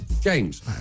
James